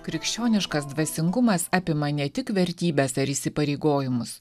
krikščioniškas dvasingumas apima ne tik vertybes ar įsipareigojimus